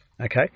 okay